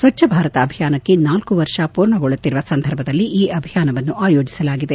ಸ್ವಚ್ದ ಭಾರತ ಅಭಿಯಾನಕ್ಕೆ ನಾಲ್ಕ ವರ್ಷ ಪೂರ್ಣಗೊಳ್ಳುತ್ತಿರುವ ಸಂದರ್ಭದಲ್ಲಿ ಈ ಅಭಿಯಾನವನ್ನು ಆಯೋಜಿಸಲಾಗಿದೆ